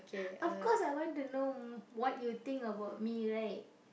of course I want to know what you think about me right